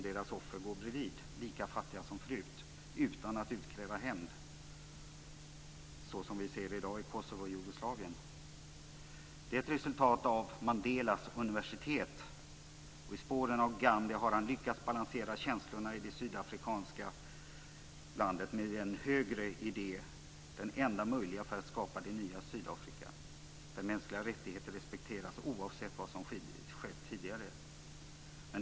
Deras offer går bredvid, lika fattiga som förut, utan att utkräva hämnd, så som vi ser i dag i Det är ett resultat av Mandelas universitet. I spåren av Gandhi har han lyckats balansera känslorna i det sydafrikanska landet med en högre idé, den enda möjliga, för att skapa det nya Sydafrika där mänskliga rättigheter respekteras oavsett vad som skett tidigare.